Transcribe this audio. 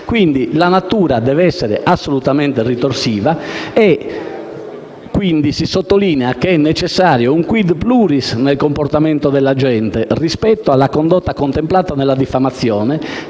La natura deve essere quindi assolutamente ritorsiva: si sottolinea che è necessario un *quid pluris* nel comportamento dell'agente rispetto alla condotta contemplata nella diffamazione,